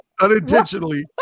unintentionally